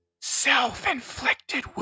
Self-inflicted